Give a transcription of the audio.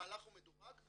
המהלך הוא מדורג,